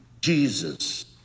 Jesus